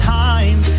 time